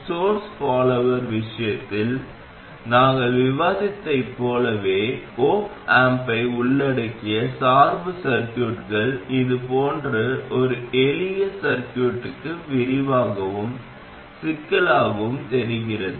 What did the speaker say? source follower விஷயத்தில் நாங்கள் விவாதித்ததைப் போலவே op amp ஐ உள்ளடக்கிய சார்பு சர்கியூட்கள் இது போன்ற ஒரு எளிய சர்கியூட்க்கு விரிவாகவும் சிக்கலாகவும் தெரிகிறது